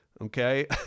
okay